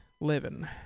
Living